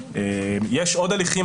יש עוד הליכים,